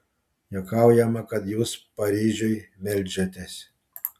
juokaujama kad jūs paryžiui meldžiatės